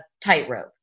tightrope